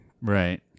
Right